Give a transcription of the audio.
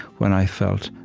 when i felt,